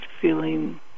feeling